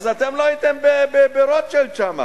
אז אתם לא הייתם ברוטשילד שמה,